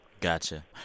gotcha